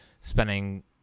spending